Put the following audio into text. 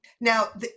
Now